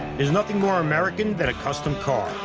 there's nothing more american than a custom car,